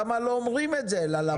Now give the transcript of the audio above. למה לא אומרים את זה ללמ"ס?